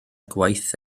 gwaith